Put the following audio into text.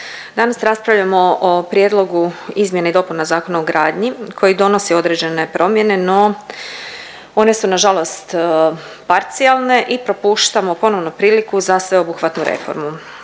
danas raspravljamo o prijedlogu izmjena i dopuna Zakona o gradnji koji donosi određene promjene no one su nažalost parcijalne i propuštamo ponovno priliku za sveobuhvatnu reformu.